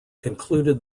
concluded